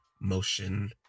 motion